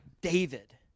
David